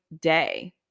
day